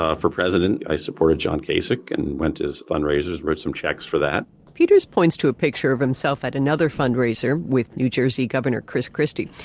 ah for president i supported john kasich and went to his fundraisers wrote some checks for that. peters points to a picture of himself at another fundraiser, with new jersey governor chris christie.